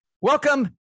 Welcome